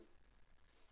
החיצוניים,